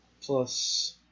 Plus